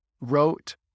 wrote